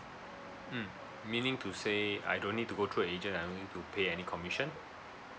mm meaning to say I don't need to go through an agent I don't need to pay any commission